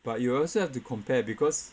but you also have to compare because